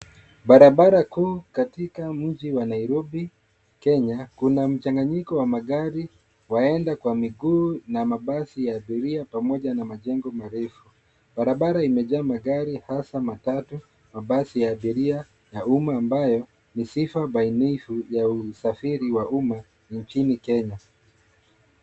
Barabara kuu katika mji wa Nairobi, Kenya. Kuna mchanganyiko wa magari, waenda kwa miguu, na mabasi ya abiria pamoja na majengo marefu. Barabara imejaa magari hasa matatu, mabasi ya abiria ya umma ambayo ni sifa bainifu ya usafiri wa umma nchini Kenya.